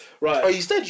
Right